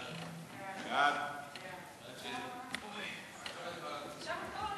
ההצעה להעביר את הצעת חוק